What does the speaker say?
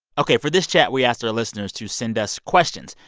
ok, for this chat, we asked our listeners to send us questions.